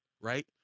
right